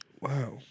Wow